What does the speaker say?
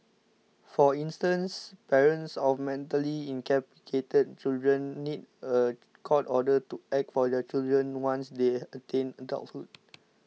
for instance parents of mentally incapacitated children need a court order to act for their children once they attain adulthood